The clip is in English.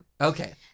Okay